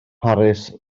mharis